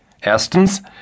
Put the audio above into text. erstens